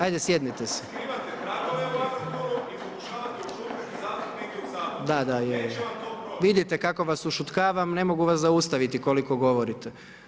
Ajde sjednite se. … [[Upadica se ne čuje.]] Da, da, je, je, vidite kako vas ušutkavam, ne mogu vas zaustaviti koliko govorite.